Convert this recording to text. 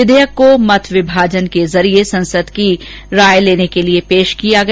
विधेयक को मत विभाजन के जरिये सदन की राय लेने के बाद पेश किया गया